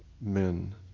men